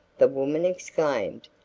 the woman exclaimed,